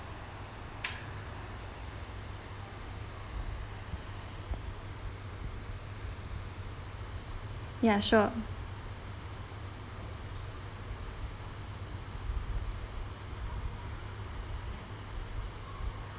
ya sure